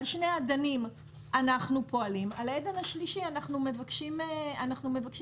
על שני אדנים אנחנו פועלים ועל האדן השלישי אנחנו מבקשים מכם